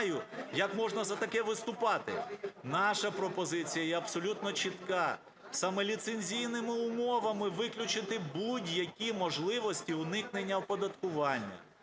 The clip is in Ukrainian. не знаю, як можна за таке виступати! Наша пропозиція є абсолютно чітка: саме ліцензійними умовами виключити будь-які можливості уникнення оподаткування,